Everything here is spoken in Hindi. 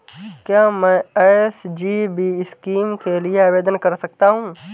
क्या मैं एस.जी.बी स्कीम के लिए आवेदन कर सकता हूँ?